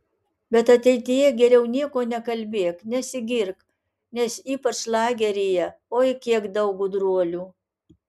bet ateityje geriau nieko nekalbėk nesigirk nes ypač lageryje oi kiek daug gudruolių